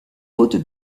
faute